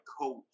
coach